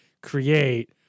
create